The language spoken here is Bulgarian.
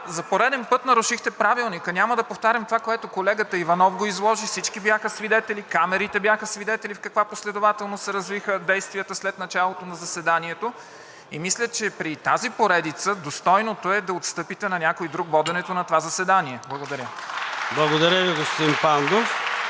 за пореден път нарушихте Правилника. Няма да повтарям това, което колегата Иванов изложи, всички бяха свидетели – камерите бяха свидетели в каква последователност се развиха действията след началото на заседанието, и мисля, че при тази поредица достойното е да отстъпите на някой друг воденето на това заседание. Благодаря. (Ръкопляскания